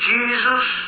Jesus